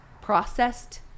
processed